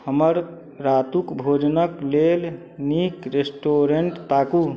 हमर रातुक भोजनक लेल नीक रेस्टोरेन्ट ताकू